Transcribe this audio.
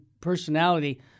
personality—